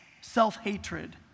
Self-hatred